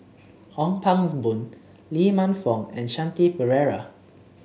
Ong Pangs Boon Lee Man Fong and Shanti Pereira